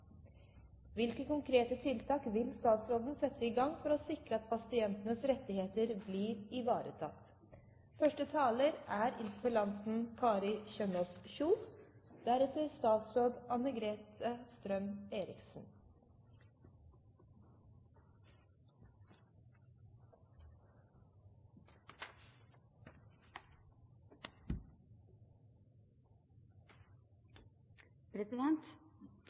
Hvilke konkrete tiltak vil statsråden sette i gang for å sikre at pasientenes rettigheter blir ivaretatt? Å sikre tilgjengelige spesialisthelsetjenester av høy faglig kvalitet innenfor psykisk helsevern har høy prioritet. Psykisk helsevern er